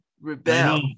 rebel